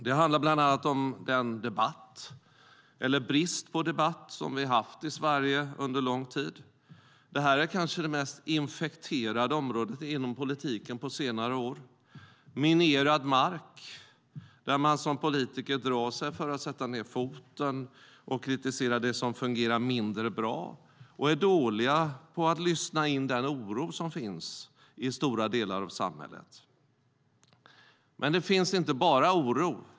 Det handlar bland annat om den debatt eller brist på debatt som vi har haft i Sverige under en lång tid. Det här är kanske det mest infekterade området inom politiken på senare år. Det är minerad mark, där man som politiker drar sig för att sätta ned foten och kritisera det som fungerar mindre bra och är dålig på att lyssna in den oro som finns i stora delar av samhället. Men det finns inte bara oro.